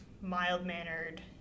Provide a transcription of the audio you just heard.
mild-mannered